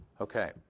Okay